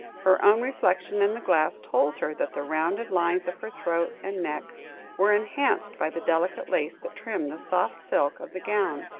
her own reflection in the glass told her that the rounded lines of her throat and neck were enhanced by the delicate lace that trimmed the soft silk of the gown,